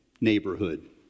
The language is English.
neighborhood